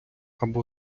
або